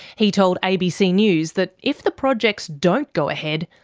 he told abc news that if the projects don't go ahead,